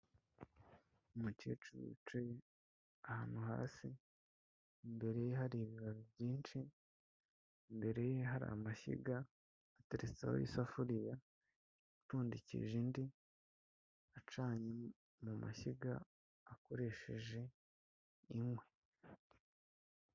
Umukecuru wicaye ahantu hasi, mbere ye hari ibibabi byinshi, imbere ye hari amashyiga ateretseho isafuriya ipfundikije indi, acanye mu mashyiga, akoresheje inkwi.